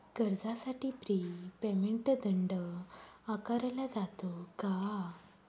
कर्जासाठी prepayment दंड आकारला जातो का?